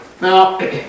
Now